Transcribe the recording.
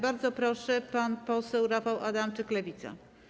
Bardzo proszę, pan poseł Rafał Adamczyk, Lewica.